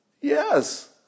Yes